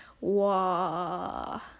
Wow